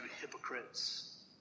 hypocrites